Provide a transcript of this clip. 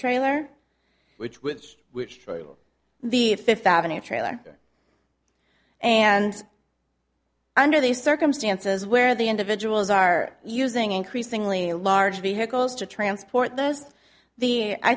trailer which with which the fifth avenue trailer and under these circumstances where the individuals are using increasingly large vehicles to transport those the i